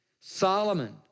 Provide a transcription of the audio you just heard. Solomon